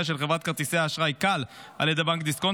של חברת כרטיסי האשראי כאל על ידי בנק דיסקונט.